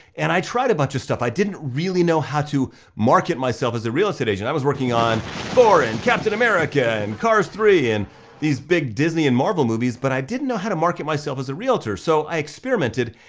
and i tried a bunch of stuff, i didn't really know how to market myself as a real estate agent. i was working on thor and captain america and cars three, and these big disney and marvel movies, but i didn't know how to market myself as a realtor. so i experimented,